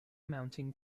mountain